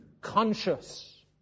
conscious